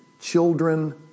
children